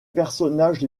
personnages